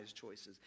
choices